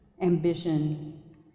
ambition